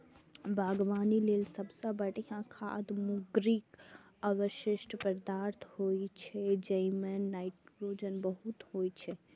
बागवानी लेल सबसं बढ़िया खाद मुर्गीक अवशिष्ट पदार्थ होइ छै, जइमे नाइट्रोजन बहुत होइ छै